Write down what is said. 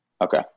Okay